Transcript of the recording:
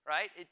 Right